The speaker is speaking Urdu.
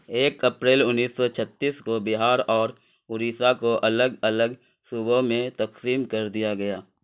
ایک اپریل انیس سو چھتیس کو بہار اور اڑیسہ کو الگ الگ صوبوں میں تقسیم کر دیا گیا